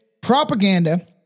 propaganda